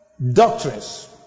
Doctrines